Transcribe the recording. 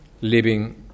living